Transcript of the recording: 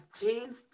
James